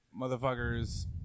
motherfuckers